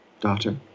daughter